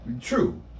True